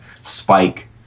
spike